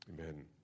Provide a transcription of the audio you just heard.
amen